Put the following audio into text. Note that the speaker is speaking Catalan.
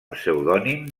pseudònim